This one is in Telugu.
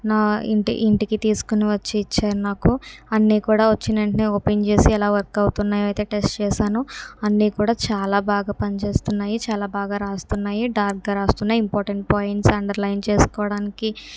నా ఇంటి ఇంటికి తీసుకుని వచ్చి ఇచ్చారు నాకు అన్నీ కూడా వచ్చిన వెంటనే ఓపెన్ చేసి ఎలా వర్క్ అవుతున్నాయి అని అయితే టెస్ట్ చేసాను అన్ని కూడా చాలా బాగా పనిచేస్తున్నాయి చాలా బాగా వ్రాస్తున్నాయి డార్క్గా వ్రాస్తున్నాయి ఇంపార్టెంట్ పాయింట్స్ అండర్లైన్ చేసుకోవడానికి